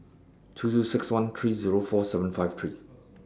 two two six one three Zero four seven five three